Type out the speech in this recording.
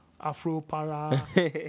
Afro-para